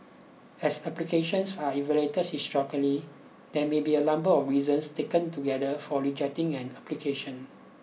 as applications are evaluated holistically there may be a number of reasons taken together for rejecting an application